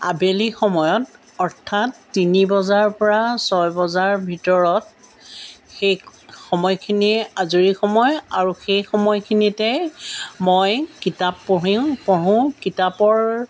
আবেলি সময়ত অৰ্থাৎ তিনি বজাৰ পৰা ছয় বজাৰ ভিতৰত সেই সময়খিনিয়ে আজৰি সময় আৰু সেই সময়খিনিতে মই কিতাপ পঢ়িও পঢ়োঁ কিতাপৰ